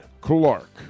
Clark